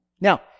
Now